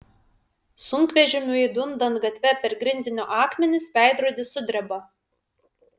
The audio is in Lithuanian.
sunkvežimiui dundant gatve per grindinio akmenis veidrodis sudreba